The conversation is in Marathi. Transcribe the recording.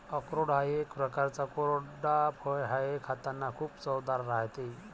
अक्रोड हा एक प्रकारचा कोरडा फळ आहे, खातांना खूप चवदार राहते